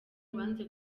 wanze